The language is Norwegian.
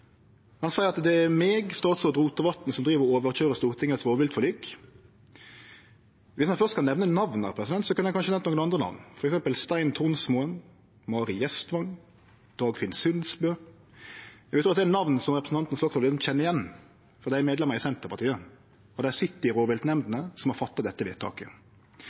Han seier at det er eg, statsråd Rotevatn, som driv og overkøyrer rovviltforliket på Stortinget. Dersom ein først skal nemne namn her, kunne ein kanskje nemnt nokre andre namn, f.eks. Stein Tronsmoen, Mari Gjestvang, Dagfinn Sundsbø. Eg vil tru at det er namn som representanten Slagsvold Vedum kjenner igjen, for dei er medlemer av Senterpartiet, og dei sit i rovviltnemndene som har gjort dette vedtaket.